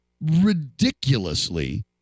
ridiculously